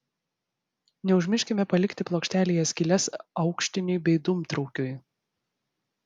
neužmirškime palikti plokštėje skyles aukštiniui bei dūmtraukiui